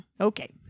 Okay